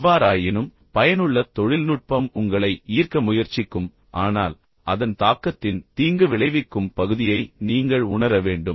எவ்வாறாயினும் பயனுள்ள தொழில்நுட்பம் உங்களை ஈர்க்க முயற்சிக்கும் ஆனால் அதன் தாக்கத்தின் தீங்கு விளைவிக்கும் பகுதியை நீங்கள் உணர வேண்டும்